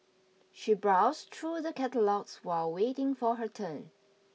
she browsed through the catalogues while waiting for her turn